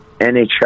NHL